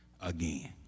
again